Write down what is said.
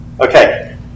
Okay